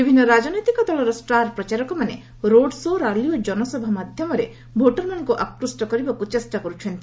ବିଭିନ୍ନ ରାଜନୈତିକ ଦଳର ଷ୍ଟାର୍ ପ୍ରଚାରକମାନେ ରୋଡ୍ ଶୋ' ର୍ୟାଲି ଓ ଜନସଭା ମାଧ୍ୟମରେ ଭୋଟରମାନଙ୍କୁ ଆକୃଷ୍ଟ କରିବାକୁ ଚେଷ୍ଟା କରୁଛନ୍ତି